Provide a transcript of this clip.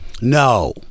No